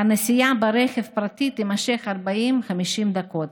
והנסיעה ברכב פרטי תימשך 40 50 דקות.